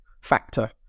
factor